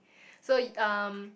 so um